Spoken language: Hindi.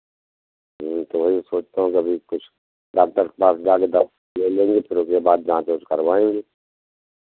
हाँ तो वही सोचता हूँ कि अभी कुछ डॉक्टर के पास जा के दवा ले लेंगे फिर उसके बाद जाँच ऊँच करवाएंगे